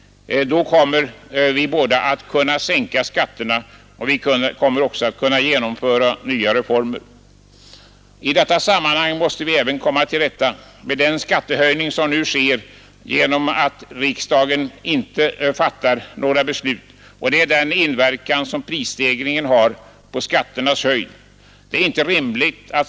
Då kommer vi både att kunna sänka skatterna och att genomföra nya reformer. I detta sammanhang måste vi också komma till rätta med sådana skattehöjningar som nu sker, trots att riksdagen inte fattar några beslut om dem. Jag tänker här på den inverkan som prisstegringen har på skatternas höjd.